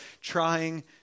trying